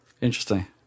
interesting